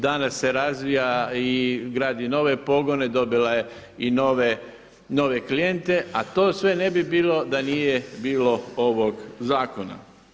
Danas se razvija i gradi nove pogone, dobila je i nove klijente, a to sve ne bi bilo da nije bilo ovog zakona.